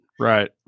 Right